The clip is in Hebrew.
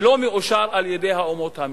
שלא מאושר על-ידי האומות המאוחדות.